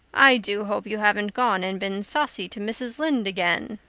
i do hope you haven't gone and been saucy to mrs. lynde again.